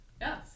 Yes